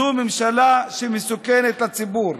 זו ממשלה שמסוכנת לציבור.